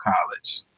college